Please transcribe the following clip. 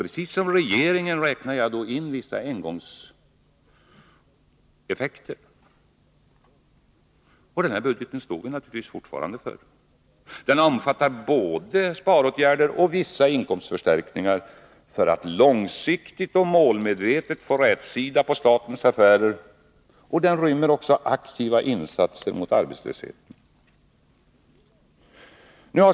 Precis som regeringen räknar jag då in vissa engångseffekter. Denna centerns januaribudget står vi givetvis fortfarande för. Den omfattar både sparåtgärder och vissa inkomstförstärkningar för att långsiktigt och målmedvetet få rätsida på statens affärer. Den rymmer aktiva insatser mot arbetslösheten.